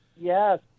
Yes